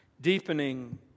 deepening